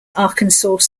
arkansas